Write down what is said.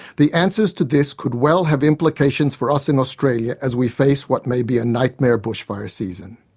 the answers to this could well have implications for us in australia as we face what may be a nightmare bushfire season.